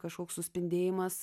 kažkoks suspindėjimas